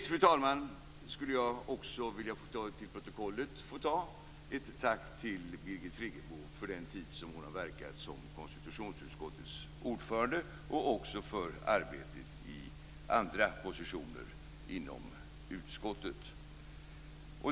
Till sist vill jag få fört till protokollet ett tack till Birgit Friggebo för den tid som hon har verkat som konstitutionsutskottets ordförande och även för arbetet i andra positioner inom utskottet.